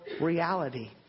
reality